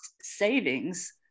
savings